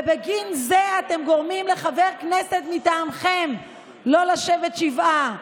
ובגין זה אתם גורמים לחבר כנסת מטעמכם לא לשבת שבעה.